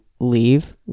leave